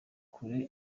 kure